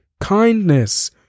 kindness